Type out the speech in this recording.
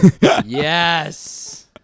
Yes